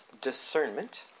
discernment